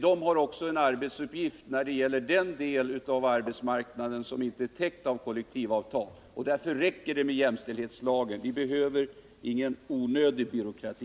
De har också en arbetsuppgift när det gäller den del av arbetsmarknaden som inte täcks av kollektivavtal. Därför räcker det med jämställdhetslagen. Vi behöver ingen onödig byråkrati.